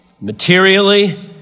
materially